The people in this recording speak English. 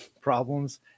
problems